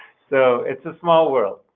so it's a small world.